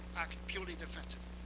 act purely defensively.